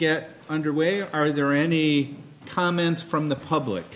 get underway are there any comments from the public